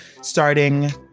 starting